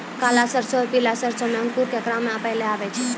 काला सरसो और पीला सरसो मे अंकुर केकरा मे पहले आबै छै?